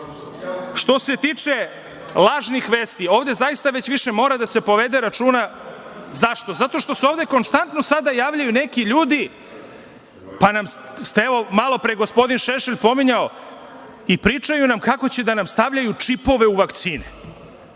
se tiče lažnih vesti, zaista već više mora da se povede računa. Zašto? Zato što se ovde konstantno sada javljaju neki ljudi, pa je malopre gospodin Šešelj pominjao, i pričaju nam kako će da nam stavljaju čipove u vakcine.